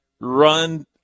run